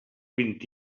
vint